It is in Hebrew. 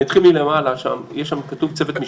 אני אתחיל מלמעלה כתוב: צוות משפטי.